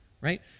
right